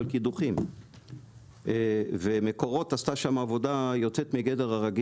קידוחים ומקורות עשתה שמה עבודה יוצאת מגדר הרגיל,